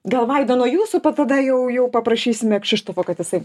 gal vaida nuo jūsų tada jau jau paprašysime kšyštofo kad jisai